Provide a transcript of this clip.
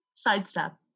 sidestep